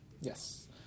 Yes